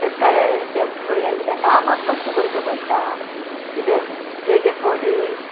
शेतकाराच्या भुरग्यांक किद्याक कामांक कश्ट करचे पडटा किद्याक एक एक पावटी